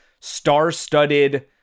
star-studded